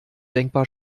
denkbar